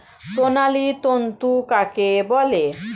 সোনালী তন্তু কাকে বলে?